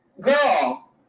Girl